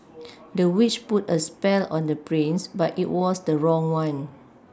the witch put a spell on the prince but it was the wrong one